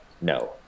No